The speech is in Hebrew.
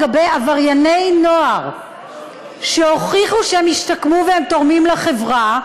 לגבי עברייני נוער שהוכיחו שהם השתקמו והם תורמים לחברה,